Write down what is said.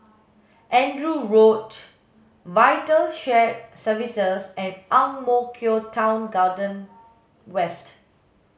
Andrew Road VITAL Shared Services and Ang Mo Kio Town Garden West